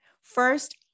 First